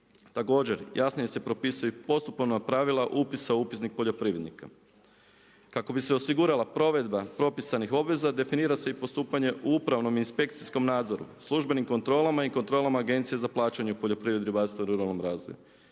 Također, jasnije se propisuju postupovna pravila upisa u Upisnik poljoprivrednika. Kako bi se osigurala provedba propisanih obveza, definira se i postupanje u upravnom inspekcijskom nadzoru, službenim kontrolama i kontrolama Agencije za plaćanje u poljoprivredi u vlastitom ruralnom razvoju.